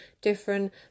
different